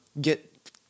get